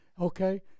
okay